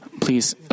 please